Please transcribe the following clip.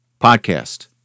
podcast